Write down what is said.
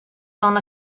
són